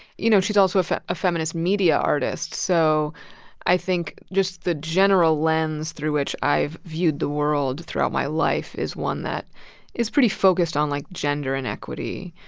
you know, she's also a ah feminist media artist. so i think just the general lens through which i've viewed the world throughout my life is one that is pretty focused on, like, gender and equity.